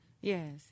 Yes